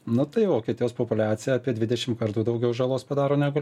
nu tai vokietijos populiacija apie dvidešimt kartų daugiau žalos padaro negu